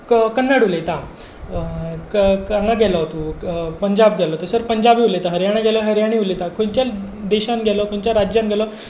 कन्नड उलयता हांगा गेलो तूं पंजाब गेलो तसोच पंजाबी उलयता हरयाणा गेल्यार हरयाणवी उलयतात खंयच्या देशांत गेलो खंयच्या राज्यांत गेलो